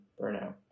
burnout